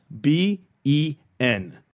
b-e-n